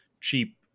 cheap